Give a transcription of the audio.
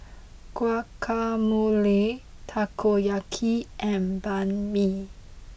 Guacamole Takoyaki and Banh Mi